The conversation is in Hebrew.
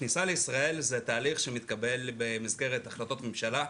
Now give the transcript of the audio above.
כניסה לישראל זה תהליך שמתקבל במסגרת החלטות ממשלה,